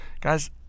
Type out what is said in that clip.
Guys